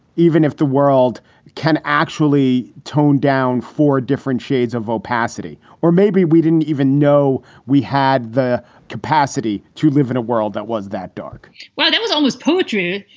even if the world can actually tone down four different shades of opacity. or maybe we didn't even know we had the capacity to live in a world that was that dark well, that was almost poetry.